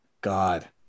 god